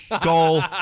goal